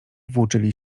włóczyli